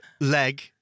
leg